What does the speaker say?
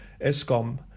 ESCOM